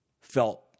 felt